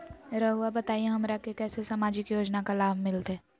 रहुआ बताइए हमरा के कैसे सामाजिक योजना का लाभ मिलते?